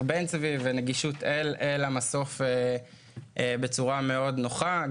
בן צבי ונגישות אל המסוף בצורה מאוד נוחה.